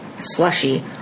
slushy